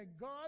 God